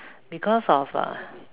because of uh